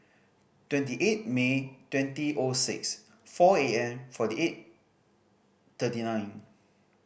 twenty eight May twenty O six four A N forty eight thirty nine